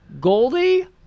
Goldie